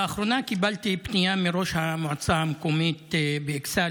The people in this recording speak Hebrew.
לאחרונה קיבלתי פנייה מראש המועצה המקומית באכסאל